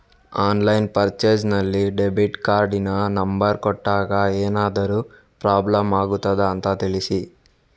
Online purchase ನಲ್ಲಿ debit ಕಾರ್ಡಿನ number ಕೊಟ್ಟಾಗ ಏನಾದರೂ ಪ್ರಾಬ್ಲಮ್ ಆಗುತ್ತದ ಅಂತ ತಿಳಿಸಿ?